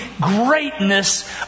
greatness